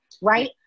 right